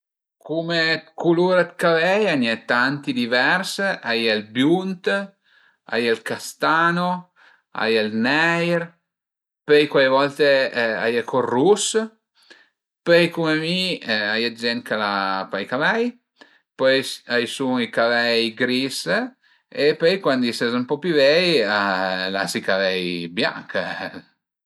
Cume culur d'cavei a i ën e tanti divers, a ie ël biund, a ie ël castano, a ie ël neir, pöi cuai volte a ie co ël rus, pöi cume mi a ie d''gent ch'al a pa i cavei, pöi a i sun i cavei gris e pöi cuandi ses ën po pi vei l'as i cavei bianch